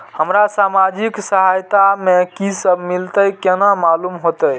हमरा सामाजिक सहायता में की सब मिलते केना मालूम होते?